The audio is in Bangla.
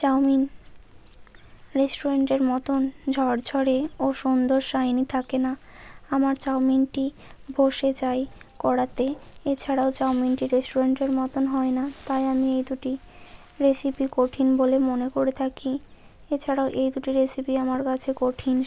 চাউমিন রেস্টুরেন্টের মতোন ঝরঝরে ও সুন্দর সাইনি থাকে না আমার চাউমিনটি বসে যায় কড়াতে এছাড়াও চাউমিনটি রেস্টুরেন্টের মতোন হয় না তাই আমি এই দুটি রেসিপি কঠিন বলে মনে করে থাকি এছাড়াও এই দুটি রেসিপি আমার কাছে কঠিন